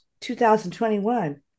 2021